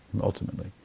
ultimately